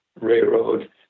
railroad